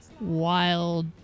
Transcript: wild